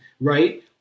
right